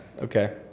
Okay